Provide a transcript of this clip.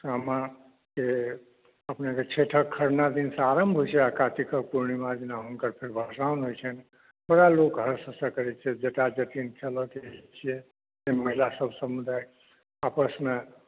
सामाके अपनेकेँ छठिक खरना दिनसँ आरम्भ होइत छै आ कार्तिकक पूर्णिमा दिन हुनकर फेर भसान होइत छै बड़ा लोक हर्षसे करैत छै जट जटिन छियै ताहिमे महिलासभ गोटे आपसमे